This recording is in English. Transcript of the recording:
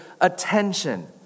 attention